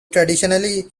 traditionally